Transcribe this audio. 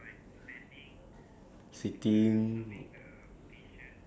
oh what exercise do you enjoy none none